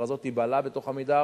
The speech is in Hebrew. "פרזות" תיבלע בתוך "עמידר".